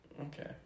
Okay